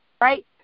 right